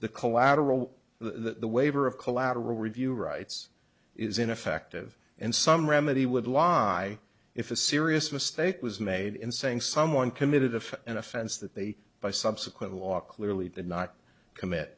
the collateral the waiver of collateral review rights is ineffective and some remedy would lie if a serious mistake was made in saying someone committed of an offense that they by subsequent law clearly did not commit